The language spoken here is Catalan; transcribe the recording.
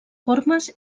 formes